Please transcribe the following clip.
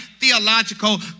theological